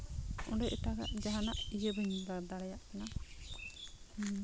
ᱚᱸᱰᱮ ᱮᱴᱟᱜᱟᱜ ᱡᱟᱦᱟᱱᱟᱜ ᱤᱭᱟᱹ ᱵᱟᱹᱧ ᱫᱟᱲᱮᱭᱟᱜ ᱠᱟᱱᱟ